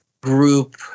group